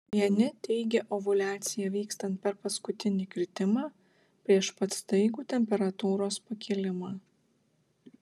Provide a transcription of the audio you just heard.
vieni teigia ovuliaciją vykstant per paskutinį kritimą prieš pat staigų temperatūros pakilimą